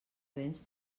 vents